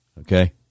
Okay